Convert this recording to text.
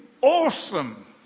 awesome